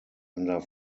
under